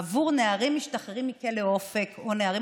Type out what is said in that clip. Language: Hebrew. עבור נערים המשתחררים מכלא אופק או נערים